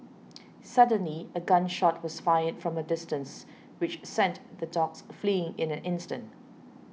suddenly a gun shot was fired from a distance which sent the dogs fleeing in an instant